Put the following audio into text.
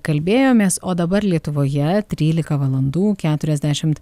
kalbėjomės o dabar lietuvoje trylika valandų keturiasdešim